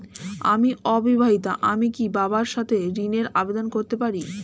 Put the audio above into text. আমি অবিবাহিতা আমি কি বাবার সাথে ঋণের আবেদন করতে পারি?